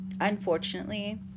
unfortunately